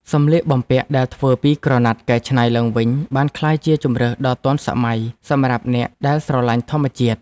សម្លៀកបំពាក់ដែលធ្វើពីក្រណាត់កែច្នៃឡើងវិញបានក្លាយជាជម្រើសដ៏ទាន់សម័យសម្រាប់អ្នកដែលស្រឡាញ់ធម្មជាតិ។